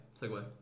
Segue